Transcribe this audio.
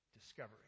discovery